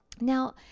Now